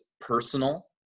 personal